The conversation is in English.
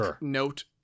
note